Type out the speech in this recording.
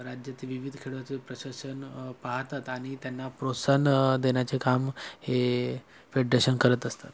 राज्यात विविध खेळाचं प्रशासन पाहतात आणि त्यांना प्रोत्साहन देण्याचे काम हे फेड्रेशन करत असतात